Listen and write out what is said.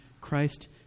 Christ